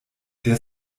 der